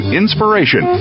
inspiration